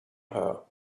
her